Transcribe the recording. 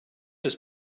his